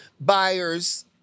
buyers